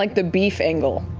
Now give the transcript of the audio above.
like the beef angle.